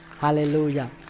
Hallelujah